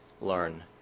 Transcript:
learn